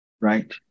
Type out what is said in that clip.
right